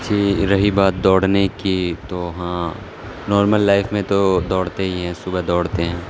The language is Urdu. جی رہی بات دوڑنے کی تو ہاں نارمل لائف میں تو دوڑتے ہی ہیں صبح دوڑتے ہیں